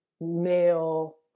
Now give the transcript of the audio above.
male